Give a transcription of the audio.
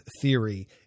theory